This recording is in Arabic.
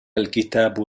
الكتاب